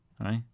Right